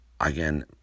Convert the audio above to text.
again